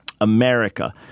America